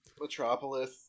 Metropolis